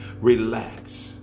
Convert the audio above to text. relax